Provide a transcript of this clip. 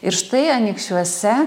ir štai anykščiuose